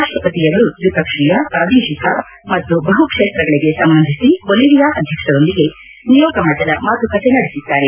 ರಾಷ್ಷಪತಿಯವರು ದ್ವಿಪಕ್ಷೀಯ ಪ್ರಾದೇಶಿಕ ಮತ್ತು ಬಹುಕ್ಷೇತ್ರಗಳಿಗೆ ಸಂಬಂಧಿಸಿ ಬೊಲಿವಿಯಾ ಅಧ್ಲಕ್ಷರೊಂದಿಗೆ ನಿಯೋಗ ಮಟ್ಟದ ಮಾತುಕತೆ ನಡೆಸಿದ್ದಾರೆ